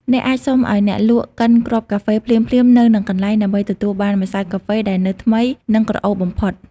អ្នកអាចសុំឱ្យអ្នកលក់កិនគ្រាប់កាហ្វេភ្លាមៗនៅនឹងកន្លែង ដើម្បីទទួលបានម្សៅកាហ្វេដែលនៅថ្មី និងក្រអូបបំផុត។